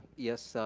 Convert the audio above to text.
yes,